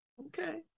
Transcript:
Okay